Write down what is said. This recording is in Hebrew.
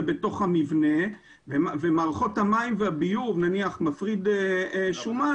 זה בתוך המבנה ומערכות המים והביוב ומפריד שומן,